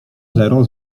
zero